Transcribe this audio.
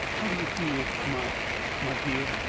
how do you feel, my my dear?